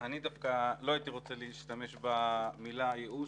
אני דווקא לא הייתי רוצה להשתמש במילה ייאוש.